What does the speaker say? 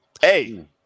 Hey